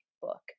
book